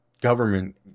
government